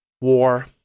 War